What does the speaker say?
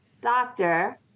doctor